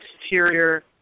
exterior